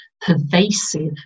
pervasive